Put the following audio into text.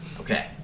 Okay